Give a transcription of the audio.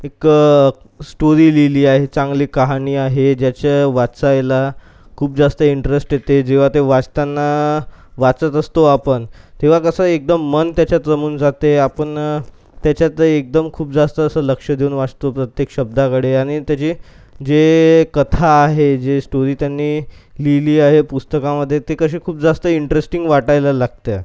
एक स्टोरी लिहिली आहे चांगली कहाणी आहे ज्याच्या वाचायला खूप जास्त इंटरेस्ट येते जेव्हा ते वाचताना वाचत असतो आपण तेव्हा कसं एकदम मन त्याच्यात रमून जाते आपण त्याच्यात एकदम खूप जास्त असं लक्ष देऊन वाचतो प्रत्येक शब्दाकडे आणि त्याची जे कथा आहे जे स्टोरी त्यांनी लिहिली आहे पुस्तकामध्ये ते कसे खूप जास्त इंटरेस्टिंग वाटायला लागते आहे